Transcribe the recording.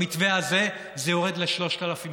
במתווה הזה זה יורד ל-3,300.